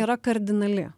yra kardinali